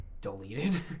deleted